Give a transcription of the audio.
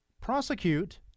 prosecute